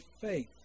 faith